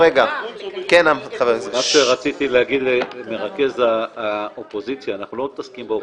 מה שרציתי להגיד למרכז האופוזיציה אנחנו לא מתעסקים באופוזיציה,